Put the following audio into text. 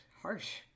harsh